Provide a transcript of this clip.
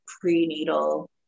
prenatal